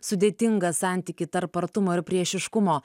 sudėtingą santykį tarp artumo ir priešiškumo